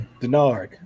Denard